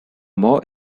more